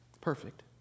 perfect